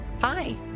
Hi